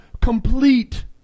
complete